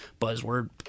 buzzword